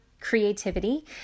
creativity